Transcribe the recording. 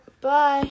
Bye